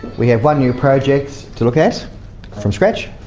we have one new project to look at from scratch,